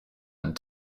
and